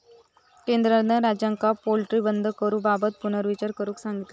केंद्रान राज्यांका पोल्ट्री बंद करूबाबत पुनर्विचार करुक सांगितलानी